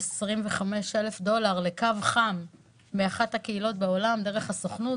25,000 דולר לקו חם מאחת מהקהילות בעולם דרך הסוכנות.